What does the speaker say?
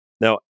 Now